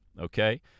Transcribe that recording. okay